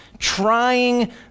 trying